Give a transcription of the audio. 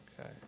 Okay